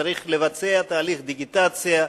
צריך לבצע תהליך דיגיטציה.